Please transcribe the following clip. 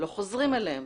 לא חוזרים אליהם.